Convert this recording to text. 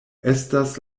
estas